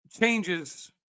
changes